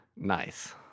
Nice